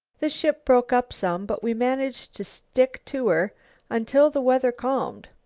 the ship broke up some, but we managed to stick to her until the weather calmed.